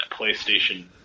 PlayStation